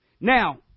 Now